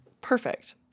perfect